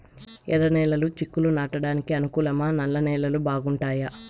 ఎర్రనేలలు చిక్కుళ్లు నాటడానికి అనుకూలమా నల్ల నేలలు బాగుంటాయా